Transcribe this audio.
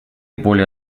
более